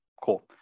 cool